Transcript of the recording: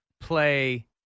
play